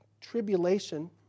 tribulation